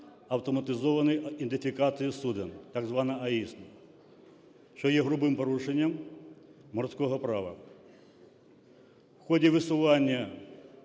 автоматизованої ідентифікації суден, так звана AІС, що є грубим порушенням морського права. В ході висування